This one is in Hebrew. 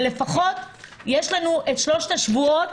אבל לפחות יש לנו את שלושת השבועות,